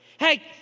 Hey